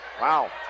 Wow